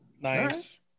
Nice